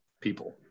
people